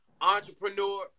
entrepreneur